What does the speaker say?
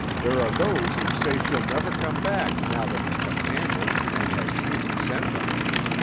there are those who say she'll never come back now that he's been handled and has human scent on him.